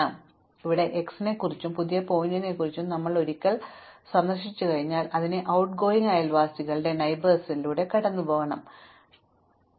അതിനാൽ ഇവിടെ x നെക്കുറിച്ചും പുതിയ ശീർഷകത്തെക്കുറിച്ചും ഞങ്ങൾ ഒരിക്കൽ സന്ദർശിച്ചുകഴിഞ്ഞാൽ അതിന്റെ out ട്ട്ഗോയിംഗ് അയൽവാസികളിലൂടെ കടന്നുപോകണം ശരിയാണ്